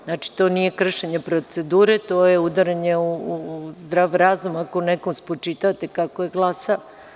Znači, to nije kršenje procedure, to je udaranje u zdrav razum ako nekome spočitate kako glasa.